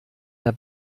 der